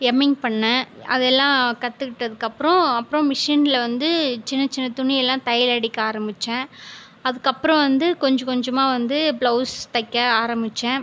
hemming பண்ணேன் அது எல்லாம் கற்றுக்கிட்டதுக்கு அப்புறம் அப்புறம் மிஷினில் வந்து சின்ன சின்ன துணியெல்லாம் தையலடிக்க ஆரம்பிச்சேன் அதுக்கப்புறம் வந்து கொஞ்ச கொஞ்சமாக வந்து பிளவுஸ் தைக்க ஆரம்பிச்சேன்